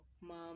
mom